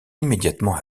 immédiatement